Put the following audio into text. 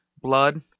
Blood